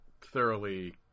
thoroughly